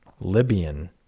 Libyan